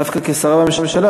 דווקא כשרה בממשלה,